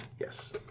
Yes